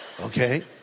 Okay